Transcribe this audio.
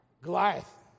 goliath